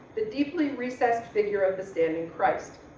the deeply recessed figure of the standing christ.